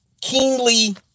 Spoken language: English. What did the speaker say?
keenly